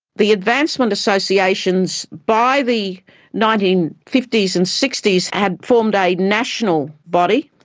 the advancement associations by the nineteen fifty s and sixty s had formed a national body,